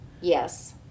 Yes